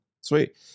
Sweet